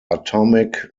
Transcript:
atomic